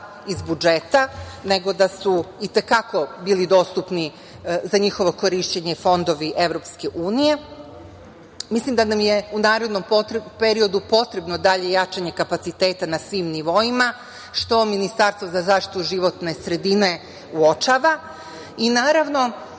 iz budžeta, nego da su i te kako bili dostupni za njihovo korišćenje fondovi EU, mislim da nam je u narednom periodu potrebno dalje jačanje kapaciteta na svim nivoima, što Ministarstvo za zaštitu životne sredine uočava,